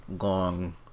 long